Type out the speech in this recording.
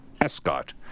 Escott